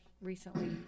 recently